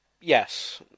yes